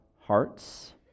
hearts